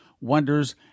wonders